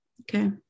okay